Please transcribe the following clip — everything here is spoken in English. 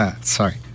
sorry